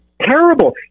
Terrible